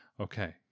Okay